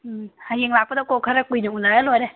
ꯎꯝ ꯍꯌꯦꯡ ꯂꯥꯛꯄꯀꯣ ꯈꯔ ꯀꯨꯏꯅ ꯎꯅꯔ ꯂꯣꯏꯔꯦ